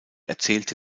erzählte